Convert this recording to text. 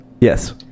Yes